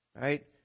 right